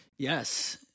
Yes